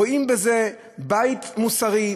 רואים בזה בית מוסרי,